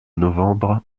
novembre